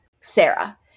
Sarah